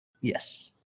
Yes